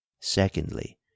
Secondly